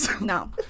no